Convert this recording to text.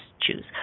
choose